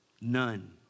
none